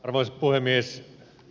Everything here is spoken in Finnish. arvoisa puhemies